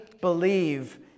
believe